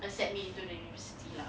accept me to the university lah